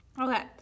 Okay